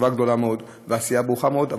מצווה גדולה מאוד ועשייה ברוכה מאוד,